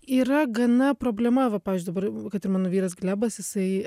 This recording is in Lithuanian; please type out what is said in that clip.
yra gana problema va pavyzdžiui dabar kad ir mano vyras glebas jisai